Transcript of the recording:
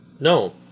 No